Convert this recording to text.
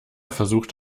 versucht